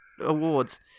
Awards